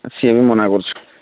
ସିଏ ବି ମନା କରୁଛି